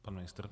Pan ministr.